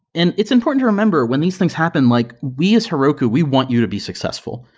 and it's important to remember, when these things happen, like we as heroku, we want you to be successful.